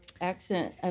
accent